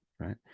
right